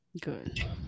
Good